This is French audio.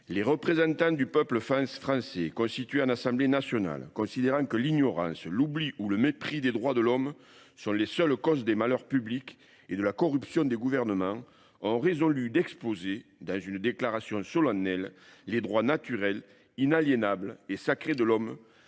Les représentants du peuple français, constitués en assemblée nationale, considérant que l'ignorance, l'oubli ou le mépris des droits de l'homme sont les seules causes des malheurs publics et de la corruption des gouvernements, ont résolu d'exposer, dans une déclaration solennelle, les droits naturels, inaliénables et sacrés de l'homme,